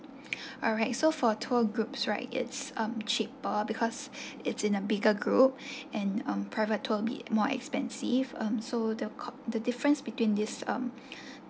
alright so for tour groups right it's um cheaper because it's in a bigger group and um private tour be more expensive um so the co~ the difference between this um